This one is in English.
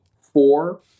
four